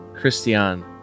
christian